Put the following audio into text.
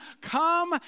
Come